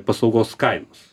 paslaugos kainos